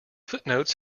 footnotes